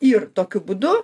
ir tokiu būdu